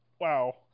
wow